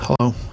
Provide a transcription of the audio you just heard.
Hello